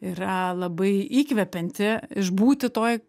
yra labai įkvepianti išbūti toj